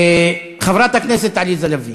דאגתי לכם, בשפה הערבית.) חברת הכנסת עליזה לביא,